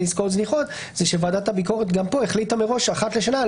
עסקאות זניחות הוא שוועדת הביקורת גם כאן החליטה מראש שאחת לשנה,